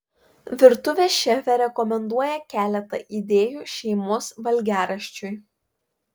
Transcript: virtuvės šefė rekomenduoja keletą idėjų šeimos valgiaraščiui